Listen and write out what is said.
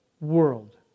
world